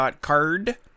card